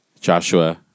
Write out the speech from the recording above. Joshua